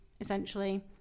essentially